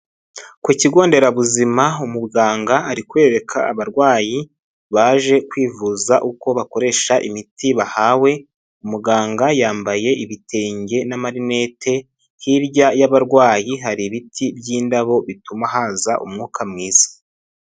Ku kigo nderabuzima umuganga ari kwereka abarwayi baje kwivuza uko bakoresha imiti bahawe, muganga yambaye ibitenge n'amarinete, hirya y'abarwayi hari ibiti by'indabo bituma haza umwuka mwiza.